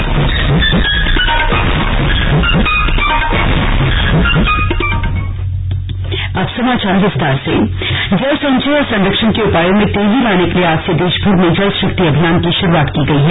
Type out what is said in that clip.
slug जलशक्ति अभियान जल संचय और संरक्षण के उपायों में तेजी लाने के लिए आज से देशभर में जल शक्ति अभियान की शुरूआत की गई है